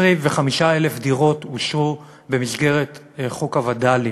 25,000 דירות אושרו במסגרת חוק הווד"לים,